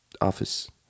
office